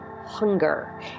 hunger